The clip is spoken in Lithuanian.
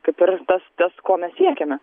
kaip ir tas tas ko mes siekiame